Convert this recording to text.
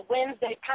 Wednesday